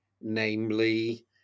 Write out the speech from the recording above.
namely